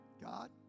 God